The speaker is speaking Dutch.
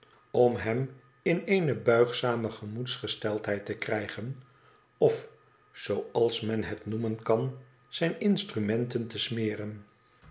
om hem in eene buigzame gemoedsgesteldheid te krijgen of zooals men het noemen kan zijn instrument te smeren